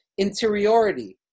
interiority